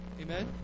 Amen